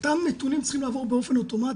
אותם נתונים צריכים לעבור באופן אוטומטי.